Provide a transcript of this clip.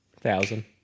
thousand